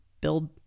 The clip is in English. build